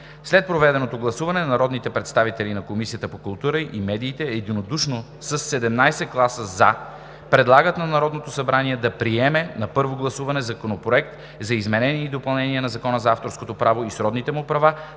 След проведеното гласуване народните представители от Комисията по културата и медиите единодушно, със 17 гласа „за“, предлагат на Народното събрание да приеме на първо гласуване Законопроект за изменение и допълнение на Закона за авторското право и сродните му права,